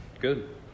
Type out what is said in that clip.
Good